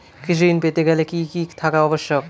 কৃষি ঋণ পেতে গেলে কি কি থাকা আবশ্যক?